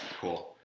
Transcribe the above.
cool